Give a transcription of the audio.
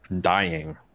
Dying